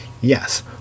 Yes